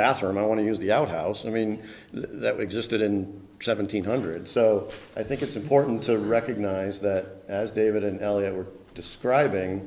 bathroom i want to use the out house i mean that existed in seven hundred so i think it's important to recognize that as david and they were describing